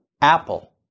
Apple